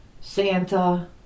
Santa